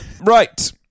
Right